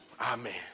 Amen